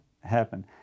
happen